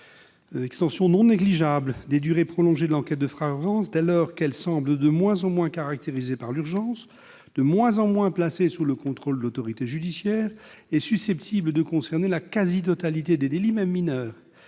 l'extension, non négligeable, des durées prolongées de l'enquête de flagrance, dès lors qu'elle semble de moins en moins caractérisée par l'urgence, de moins en moins placée sous le contrôle de l'autorité judiciaire et susceptible de concerner la quasi-totalité des délits, même mineurs